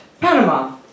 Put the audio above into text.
Panama